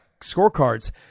scorecards